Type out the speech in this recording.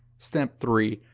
step three.